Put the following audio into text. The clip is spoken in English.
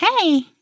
hey